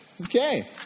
Okay